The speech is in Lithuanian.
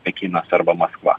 pekinas arba maskva